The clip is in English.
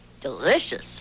Delicious